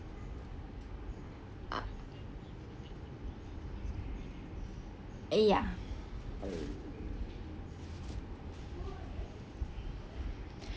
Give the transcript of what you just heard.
uh eh ya